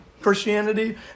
Christianity